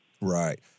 Right